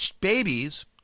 babies